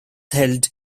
held